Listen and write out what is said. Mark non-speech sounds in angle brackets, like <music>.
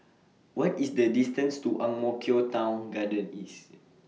What IS The distance to Ang Mo Kio Town Garden East <noise>